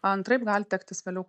antraip gali tektis vėliau